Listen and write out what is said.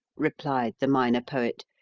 replied the minor poet,